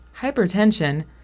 hypertension